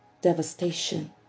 devastation